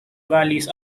valleys